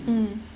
mm